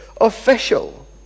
official